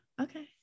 okay